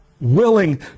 willing